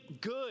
good